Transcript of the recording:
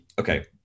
okay